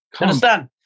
Understand